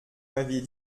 m’aviez